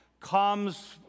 comes